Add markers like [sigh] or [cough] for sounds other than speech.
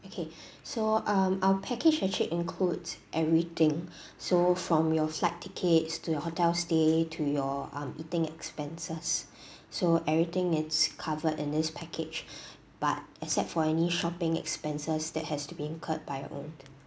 okay [breath] so um our package actually includes everything [breath] so from your flight tickets to your hotel stay to your um eating expenses [breath] so everything it's covered in this package [breath] but except for any shopping expenses that has to be incurred by your own